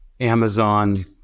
Amazon